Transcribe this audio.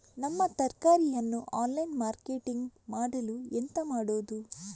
ನಮ್ಮ ತರಕಾರಿಯನ್ನು online marketing ಮಾಡಲು ಎಂತ ಮಾಡುದು?